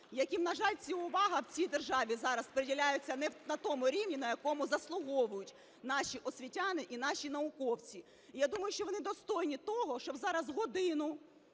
яким, на жаль, ця увага в цій державі зараз приділяється не на тому рівні, на якому заслуговують наші освітяни і наші науковці. І я думаю, що вони достойні того, щоб зараз годину